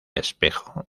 espejo